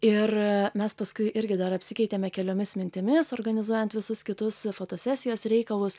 ir mes paskui irgi dar apsikeitėme keliomis mintimis organizuojant visus kitus fotosesijos reikalus